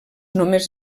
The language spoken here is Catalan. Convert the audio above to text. només